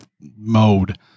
mode